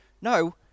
no